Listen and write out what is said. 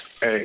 Hey